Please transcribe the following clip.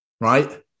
right